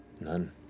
none